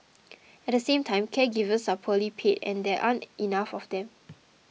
at the same time caregivers are poorly paid and there aren't enough of them